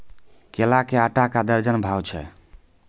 केला के आटा का दर्जन बाजार भाव छ?